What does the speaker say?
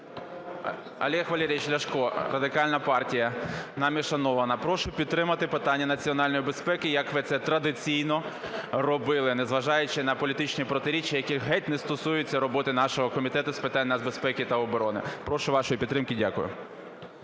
Олег Валерійович Ляшко, Радикальна партія, нами шанована, прошу підтримати питання національної безпеки, як ви це традиційно робили, незважаючи на політичні протиріччя, які геть не стосуються роботи нашого Комітету з питань нацбезпеки та оборони. Прошу вашої підтримки. Дякую.